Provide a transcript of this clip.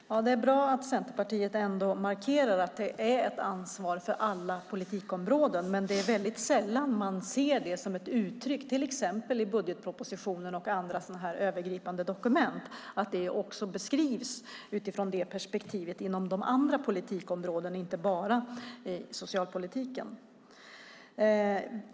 Herr talman! Det är bra att Centerpartiet ändå markerar att det är ett ansvar för alla politikområden. Men det är väldigt sällan man ser det som ett uttryck i till exempel budgetpropositionen och i andra övergripande dokument och att det också beskrivs utifrån detta perspektiv inom de andra politikområdena och inte bara inom socialpolitiken.